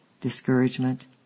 discouragement